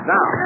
Now